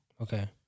Okay